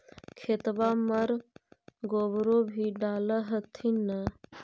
खेतबा मर गोबरो भी डाल होथिन न?